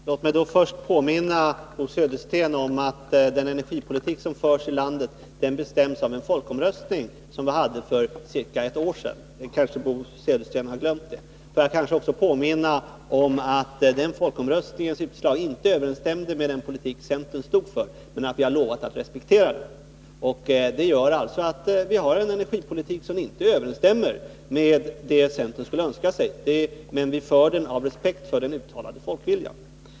Herr talman! Låt mig först påminna Bo Södersten om att den energipolitik som förs i landet bestämts av en folkomröstning som vi hade för ca ett år sedan. Bo Södersten har kanske glömt det. Får jag också påminna om att den folkomröstningens utslag inte överenstämde med den politik centern stod för, men att vi har lovat att respektera utslaget. Det gör att energipolitiken inte överstämmer med den politik centern skulle önska sig, men vi för den av respekt för den uttalade folkviljan.